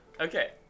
okay